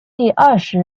第二十